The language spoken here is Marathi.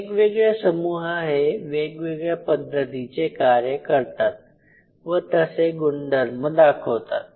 वेगवेगळे समूह हे वेगवेगळ्या पद्धतीचे कार्य करतात व तसे गुणधर्म दाखवतात